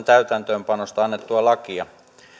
täytäntöönpanosta annettua lakia